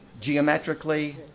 geometrically